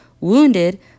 wounded